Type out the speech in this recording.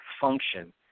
function